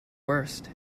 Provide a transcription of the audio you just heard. worst